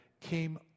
came